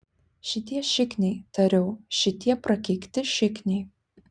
šitie šikniai tariau šitie prakeikti šikniai